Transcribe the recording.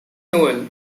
noel